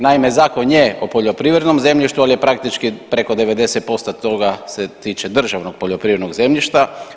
Naime, zakon je o poljoprivrednom zemljištu ali je praktički preko 90% toga se tiče državnog poljoprivrednog zemljišta.